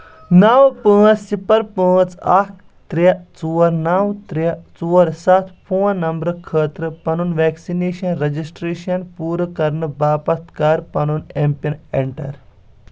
نو پانٛژھ صِپِر پانٛژھ اکھ ترٛے ژور نو ترےٚ ژور سَتھ فون نمبرٕ خٲطرٕ پنُن ویکسِنیشن رجسٹریشن پوٗرٕ کرنہٕ باپتھ کر پَنُن ایم پِن اینٹر